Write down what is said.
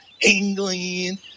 England